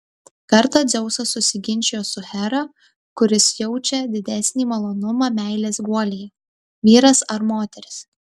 kartą dzeusas susiginčijo su hera kuris jaučia didesnį malonumą meilės guolyje vyras ar moteris